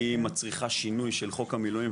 והיא מצריכה שינוי של חוק המילואים,